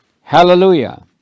hallelujah